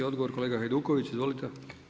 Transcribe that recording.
Odgovor kolega Hajduković, izvolite.